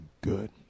good